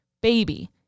baby